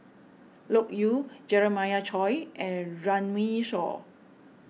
Loke Yew Jeremiah Choy and Runme Shaw